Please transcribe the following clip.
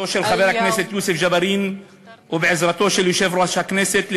ביוזמתו של חבר הכנסת יוסף ג'בארין ובעזרתו של יושב-ראש הכנסת,